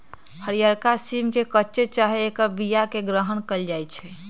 हरियरका सिम के कच्चे चाहे ऐकर बियाके ग्रहण कएल जाइ छइ